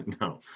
no